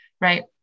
right